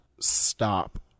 stop